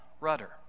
rudder